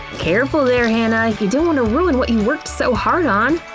careful there, hannah, you don't want to ruin what you worked so hard on!